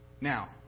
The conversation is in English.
Now